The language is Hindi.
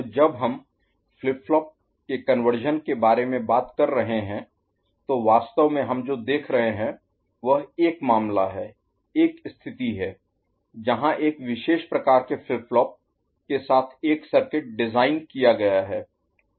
तो जब हम फ्लिप फ्लॉप के कन्वर्शन के बारे में बात कर रहे हैं तो वास्तव में हम जो देख रहे हैं वह एक मामला है एक स्थिति है जहां एक विशेष प्रकार के फ्लिप फ्लॉप के साथ एक सर्किट डिजाइन किया गया है